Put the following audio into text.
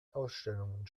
ausstellungen